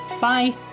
Bye